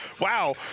Wow